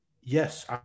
yes